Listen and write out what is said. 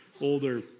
older